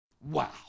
Wow